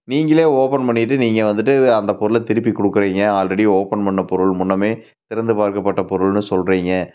நீங்களே ஓப்பன் பண்ணிவிட்டு நீங்கள் வந்துவிட்டு அந்த பொருளை திருப்பி கொடுக்குறீங்க ஆல்ரெடி ஓப்பன் பண்ண பொருள் முன்னரே திறந்து பார்க்கப்பட்ட பொருள்னு சொல்லுறிங்க